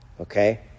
okay